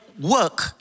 work